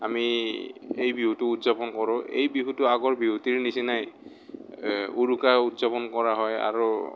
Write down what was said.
আমি এই বিহুটো উদযাপন কৰোঁ এই বিহুটো আগৰ বিহুটিৰ নিচিনাই উৰুকা উদযাপন কৰা হয় আৰু